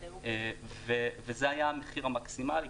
וזה היה המחיר המקסימאלי.